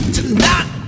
Tonight